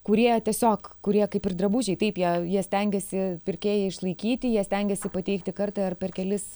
kurie tiesiog kurie kaip ir drabužiai taip jie jie stengiasi pirkėją išlaikyti jie stengiasi pateikti kartą ar per kelis